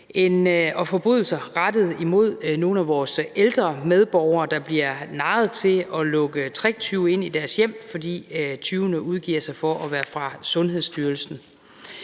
og forbrydelser rettet mod nogle af vores ældre medborgere, der bliver narret til at lukke tricktyve ind i deres hjem, fordi tyvene udgiver sig for at være fra Sundhedsstyrelsen.